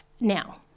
now